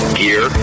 gear